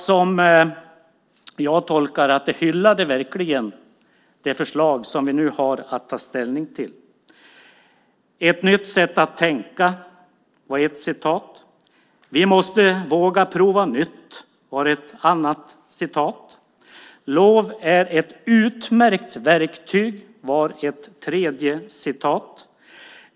Som jag tolkade det var det citat som verkligen hyllar det förslag som vi nu har att ta ställning till. Det är ett nytt sätt att tänka, sade en person. Vi måste våga prova nytt, sade en annan. LOV är ett utmärkt verktyg, sade en tredje.